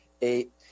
eight